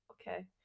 Okay